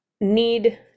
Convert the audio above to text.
need